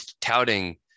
touting